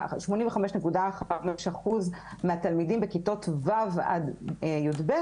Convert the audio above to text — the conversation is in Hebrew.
85.5% מהתלמידים בכיתות ו' עד י"ב,